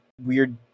weird